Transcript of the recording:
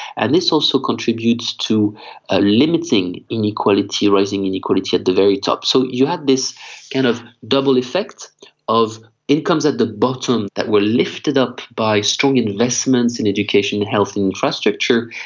and this also contributes to ah limiting inequality, rising inequality at the very top. so you had this kind of double effect of incomes at the bottom that were lifted up by strong investments in education, health and infrastructure,